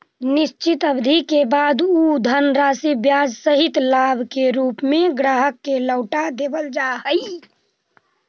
निश्चित अवधि के बाद उ धनराशि ब्याज सहित लाभ के रूप में ग्राहक के लौटा देवल जा हई